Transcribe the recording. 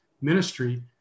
ministry